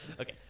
Okay